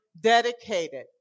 Dedicated